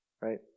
right